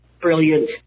brilliant